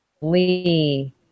Lee